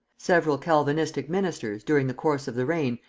several calvinistic ministers, during the course of the reign,